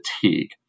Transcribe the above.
fatigue